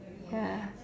ya